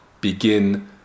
begin